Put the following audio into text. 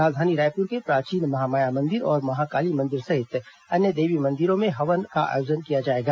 राजधानी रायपुर के प्राचीन महामाया मंदिर और महा काली मंदिर सहित अन्य देवी मंदिरों में हवन का आयोजन किया जाएगा